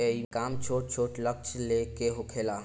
एईमे काम छोट छोट लक्ष्य ले के होखेला